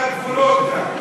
החוצפה, אין לה גבולות כאן.